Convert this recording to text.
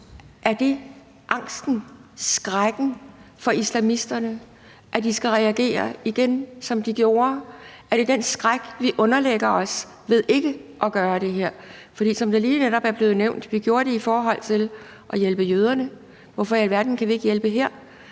er angsten og skrækken for islamisterne, i forhold til at de igen skal reagere, som de gjorde? Er det den skræk, vi underlægger os ved ikke at gøre det her? For som det lige netop er blevet nævnt, gjorde vi det i forhold til at hjælpe jøderne. Hvorfor i alverden kan vi ikke hjælpe her?